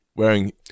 wearing